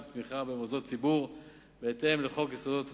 תמיכה במוסדות ציבור בהתאם לחוק יסודות התקציב.